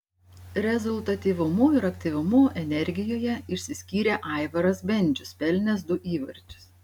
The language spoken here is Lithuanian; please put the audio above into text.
rezultatyvumu ir aktyvumu energijoje išsiskyrė aivaras bendžius pelnęs du įvarčius